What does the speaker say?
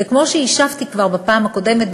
וכמו שהשבתי כבר בפעם הקודמת,